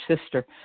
sister